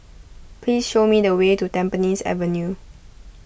please show me the way to Tampines Avenue